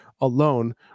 alone